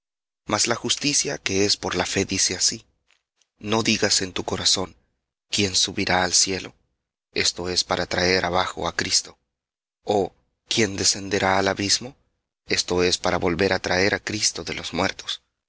mas la justicia que es por la fe dice así no digas en tu corazón quién subirá al cielo esto es para traer abajo á cristo ó quién descenderá al abismo esto es para volver á traer á cristo de los muertos